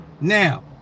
Now